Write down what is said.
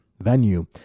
venue